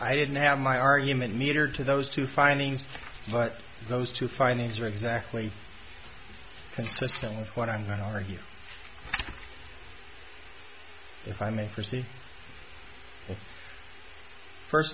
i didn't have my argument meter to those two findings but those two findings are exactly consistent with what i'm going to argue if i may